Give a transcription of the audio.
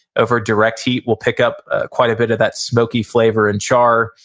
over direct heat will pick up ah quite a bit of that smoky flavor and char,